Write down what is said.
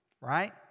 right